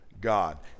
God